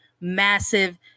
massive